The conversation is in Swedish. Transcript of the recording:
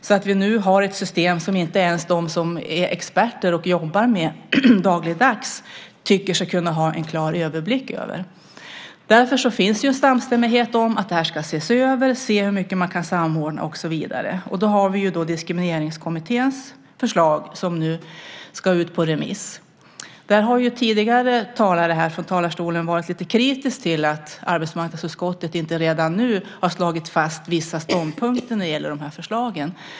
Nu har vi ett system som inte ens de som är experter och dagligdags jobbar med det tycker sig ha en klar överblick över. Det finns därför samstämmighet om att det här ska ses över. Man ska se hur mycket som går att samordna och så vidare. Diskrimineringskommitténs förslag ska nu ut på remiss. Tidigare talare har varit lite kritiska till att inte arbetsmarknadsutskottet redan nu har slagit fast vissa ståndpunkter när det gäller förslagen.